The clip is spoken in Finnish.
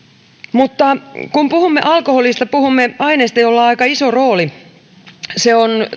mutta kun puhumme alkoholista puhumme aineesta jolla on aika iso rooli se on